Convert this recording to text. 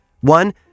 one